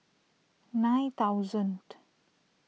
nine thousand